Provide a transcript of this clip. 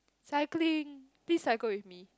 cycling please cycle with me